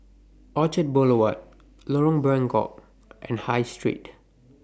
Orchard Boulevard Lorong Buangkok and High Street